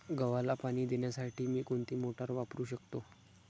गव्हाला पाणी देण्यासाठी मी कोणती मोटार वापरू शकतो?